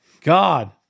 God